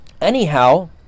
Anyhow